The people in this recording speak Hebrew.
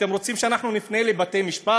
אתם רוצים שאנחנו נפנה לבתי-משפט?